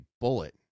bullet